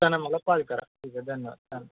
येताना मला कॉल करा ठीक आहे धन्यवाद चालेल